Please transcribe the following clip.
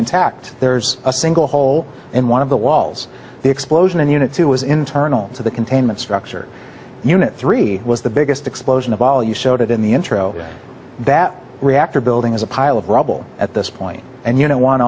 intact there's a single hole in one of the walls the explosion in the unit two was internal to the containment structure unit three was the biggest explosion of all you showed it in the intro that reactor building is a pile of rubble at this point and you know